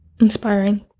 inspiring